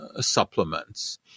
supplements